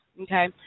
okay